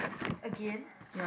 again